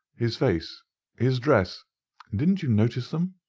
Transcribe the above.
his face his dress didn't you notice them?